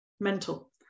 Mental